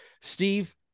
Steve